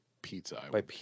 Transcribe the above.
Pizza